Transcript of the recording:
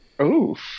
Oof